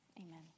amen